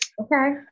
Okay